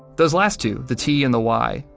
those last two, the t and the y,